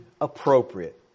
appropriate